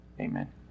Amen